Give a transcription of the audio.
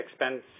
expense